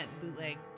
bootleg